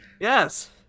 Yes